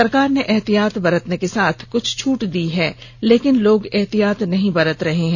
सरकार ने एहतियात बरतने के साथ कुछ छूट दी है लेकिन लोग एहतियात नहीं बरत रहे हैं